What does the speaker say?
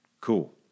Cool